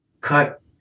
cut